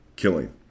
killing